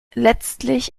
letztlich